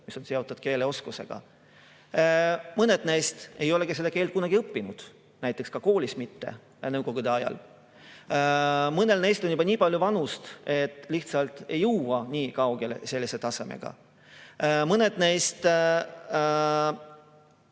mis on seotud keeleoskusega. Mõned neist ei ole seda keelt kunagi õppinud, ka koolis mitte, nõukogude ajal. Mõnel neist on juba nii palju vanust, et nad lihtsalt ei jõua kuigi kaugele sellise taseme [omandamisel].